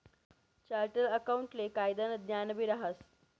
chartered अकाऊंटले कायदानं ज्ञानबी रहास का